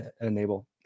enable